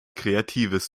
kreatives